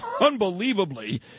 unbelievably